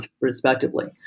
respectively